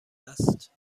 است